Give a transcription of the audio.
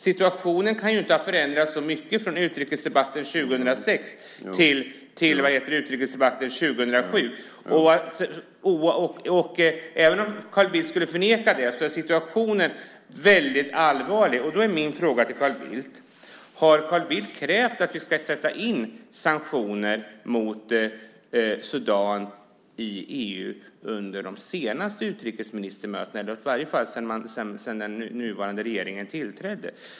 Situationen kan ju inte ha förändrats så mycket från utrikesdebatten 2006 till utrikesdebatten 2007. Även om Carl Bildt skulle förneka det är situationen väldigt allvarlig. Då är min fråga: Har Carl Bildt krävt att vi ska sätta in sanktioner mot Sudan i EU under de senaste utrikesministermötena, i varje fall sedan den nuvarande regeringen tillträdde?